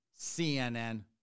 CNN